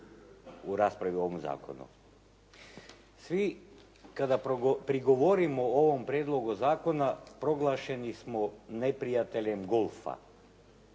u raspravi o ovom zakonu. Svi kada prigovorimo ovom prijedlogu zakona proglašeni smo neprijateljem golfa.